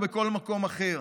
או בכל מקום אחר.